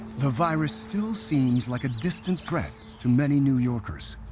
the virus still seems like a distant threat to many new yorkers,